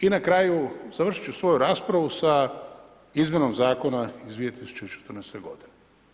I na kraju, završit ću svoju raspravu sa izmjenom Zakona iz 2014. godine.